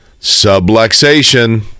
subluxation